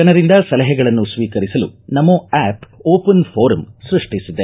ಜನರಿಂದ ಸಲಹೆಗಳನ್ನು ಸ್ವೀಕರಿಸಲು ನಮೋ ಆಪ್ ಓಪನ್ ಪೋರಮ್ ಸೃಷ್ಟಿಸಿದೆ